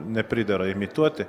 nepridera imituoti